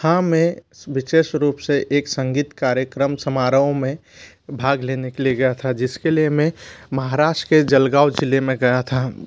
हाँ मैं विशेष रूप से एक संगीत कार्यक्रम समारोह में भाग लेने के लिए गया था जिसके लिए मैं महाराष्ट्र के जलगाँव ज़िले में गया था